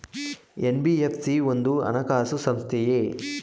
NBFC ಒಂದು ಹಣಕಾಸು ಸಂಸ್ಥೆಯೇ?